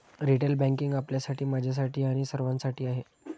retail banking आपल्यासाठी, माझ्यासाठी आणि सर्वांसाठी आहे